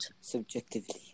subjectively